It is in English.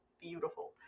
beautiful